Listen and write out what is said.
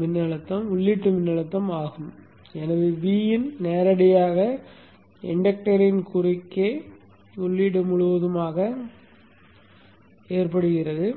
மின்னழுத்தம் உள்ளீட்டு மின்னழுத்தம் ஆகும் எனவே Vin நேரடியாக இண்டக்டர்ன் குறுக்கே உள்ளீடு முழுவதும் ஏற்படுகிறது